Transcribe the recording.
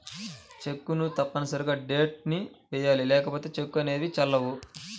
చెక్కును తప్పనిసరిగా డేట్ ని వెయ్యాలి లేకపోతే చెక్కులు అనేవి చెల్లవు